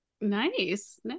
Nice